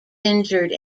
injured